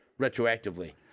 retroactively